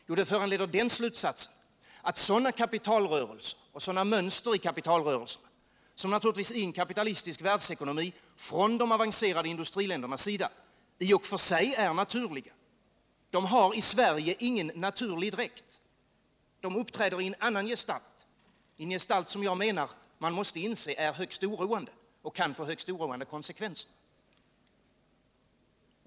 Jo, det föranleder den slutsatsen att sådana kapitalrörelser och sådana mönster i kapitalrörelserna, som naturligtvis i en kapitalistisk världsekonomi från de avancerade industriländernas sida i och för sig är naturliga, de har i Sverige ingen naturlig dräkt. De uppträder i en annan gestalt, en gestalt som jag menar man måste inse är högst oroande och kan få högst oroande konsekvenser.